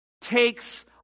takes